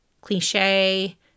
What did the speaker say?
cliche